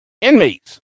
inmates